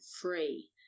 free